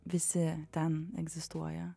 visi ten egzistuoja